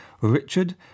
Richard